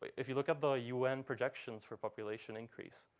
if you look at the un projections for population increase,